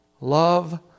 Love